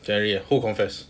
january who confess